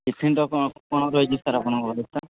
ଟିଫିନ୍ର କ'ଣ କ'ଣ ରହିଛି ସାର୍ ଆପଣଙ୍କର ବ୍ୟବସ୍ଥା